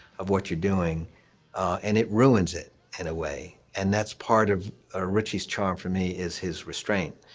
of what you're doing, and it ruins it in a way. and that's part of ah ritchie's charm for me is his restraint